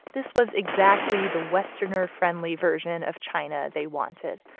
this was exactly the westerner friendly version of china they wanted.